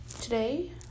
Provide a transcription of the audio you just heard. Today